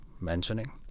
mentioning